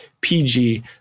PG